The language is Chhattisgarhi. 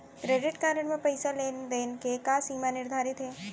क्रेडिट कारड म पइसा लेन देन के का सीमा निर्धारित हे?